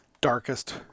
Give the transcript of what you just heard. darkest